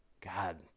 God